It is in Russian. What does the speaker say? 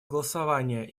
голосование